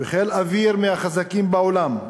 וחיל אוויר מהחזקים בעולם,